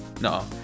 No